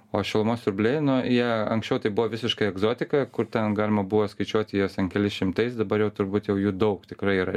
o šilumos siurbliai na jie anksčiau tai buvo visiškai egzotika kur ten galima buvo skaičiuot jos ten keliais šimtais dabar jau turbūt jau jų daug tikrai yra